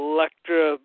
Electra